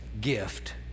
gift